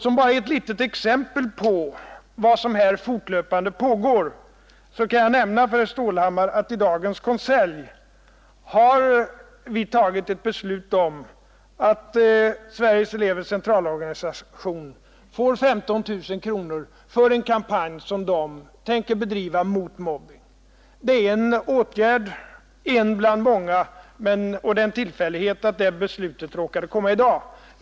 Som ett litet exempel på vad som här fortlöpande pågår kan jag nämna för herr Stålhammar att vi i dagens konselj fattat beslut om att Sveriges elevers centralorganisation skall få 15 000 kronor för den kampanj man tänker bedriva mot mobbning. Det är en åtgärd bland många, och det är en tillfällighet att det beslutet råkade komma just i dag.